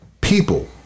people